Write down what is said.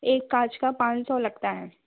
एक काँच का पाँच सौ लगता है